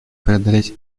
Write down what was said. преодолеть